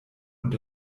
und